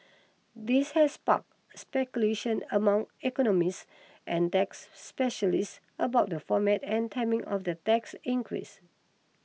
this has sparked speculation among economists and tax specialists about the format and timing of the tax increase